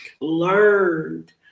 learned